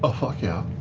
ah fuck yeah.